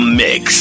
mix